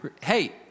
Hey